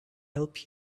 help